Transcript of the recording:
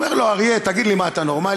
אומר לו האריה: תגיד לי, מה אתה נורמלי?